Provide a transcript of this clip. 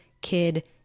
kid